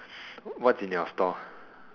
what's in your store